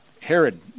Herod